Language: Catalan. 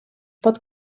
pot